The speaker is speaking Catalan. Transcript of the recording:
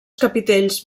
capitells